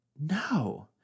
No